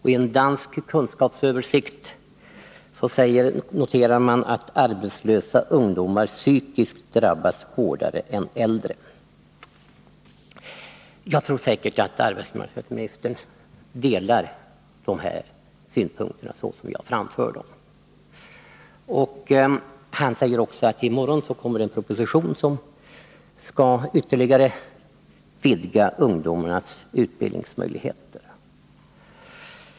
I en dansk kunskapsöversikt noteras att arbetslösa ungdomar psykiskt drabbas hårdare än äldre. Jag tror att arbetsmarknadsministern delar de här synpunkterna som jag framför. Han säger också att det i morgon kommer att framläggas en proposition, som skall ytterligare vidga ungdomarnas utbildningsmöjligheter.